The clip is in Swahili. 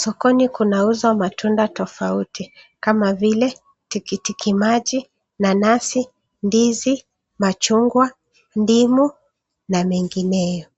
Sokoni kunauzwa matunda tofauti, kama vile tikitiki maji, nanasi, ndizi, machungwa, ndimu, na mengineyo.